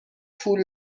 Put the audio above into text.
پول